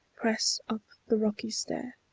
press up the rocky stair.